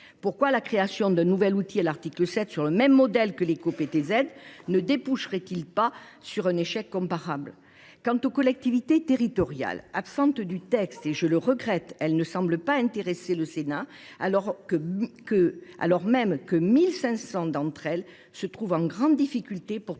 Pourquoi la création d’un nouvel outil à l’article 7, sur le même modèle que l’éco PTZ, ne déboucherait elle pas sur un échec comparable ? Quant aux collectivités territoriales, elles sont absentes du texte : je le regrette. Elles ne semblent pas intéresser le Sénat, alors que 1 500 d’entre elles se trouvent en grande difficulté pour trouver